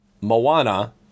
Moana